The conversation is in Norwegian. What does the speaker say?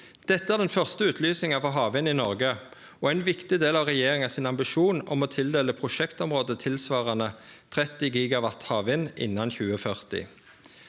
Dette er den første utlysinga for havvind i Noreg og er ein viktig del av regjeringa sin ambisjon om å tildele prosjektområde tilsvarande 30 GW havvind innan 2040.